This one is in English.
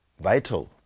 vital